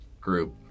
group